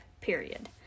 period